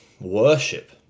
worship